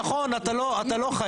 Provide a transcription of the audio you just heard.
נכון אתה לא חייב,